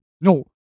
No